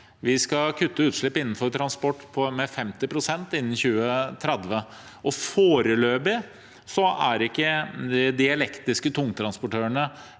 vi skal kutte utslippene innenfor transport med 50 pst. innen 2030. Foreløpig er ikke de elektriske tungtransportørene